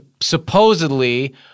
supposedly